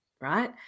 Right